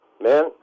Man